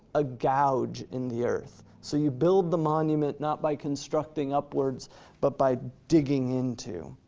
a gouge in the earth. so you build the monument not by constructing upwards but by digging into,